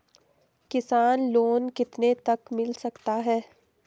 किसान लोंन कितने तक मिल सकता है?